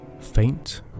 Faint